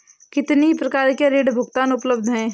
कितनी प्रकार के ऋण भुगतान उपलब्ध हैं?